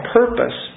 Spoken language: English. purpose